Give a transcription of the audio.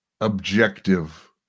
objective